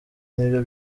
nibyo